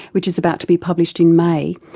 which is about to be published in may,